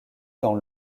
dans